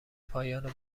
پایان